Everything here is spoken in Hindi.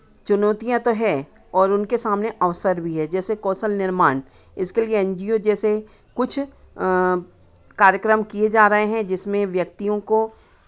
चुनौतियाँ तो हैं और उनके सामने अवसर भी है जैसे कौशल निर्माण इसके लिए एन जी ओ जैसे कुछ कार्यक्रम किए जा रहे हैं जिसमें व्यक्तियों को